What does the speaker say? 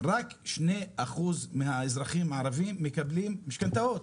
רק שני אחוז מהאזרחים הערביים מקבלים משכנתאות.